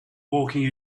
walking